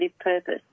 purpose